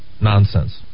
nonsense